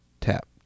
Tap